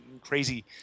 crazy